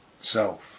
self